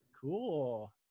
Cool